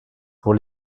pour